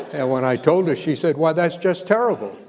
and when i told her, she said, why, that's just terrible.